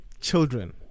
children